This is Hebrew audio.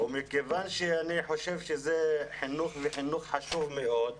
אני חושב שזה חינוך, וחינוך חשוב מאוד,